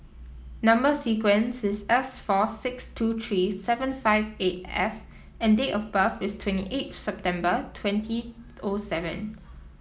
number sequence is S four six two three seven five eight F and date of birth is twenty eight September twenty O seven